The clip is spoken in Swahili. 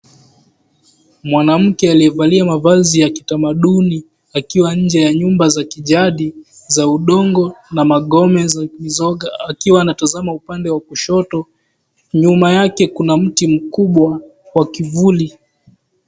Mwanamke aliyevalia mavazi ya kitamaduni akiwa njee ya nyumba za kijadi za udongo na magome zaki zoga akiwa anatazama upande wa kushoto nyuma yake kuna mti mkubwa wa kivuli.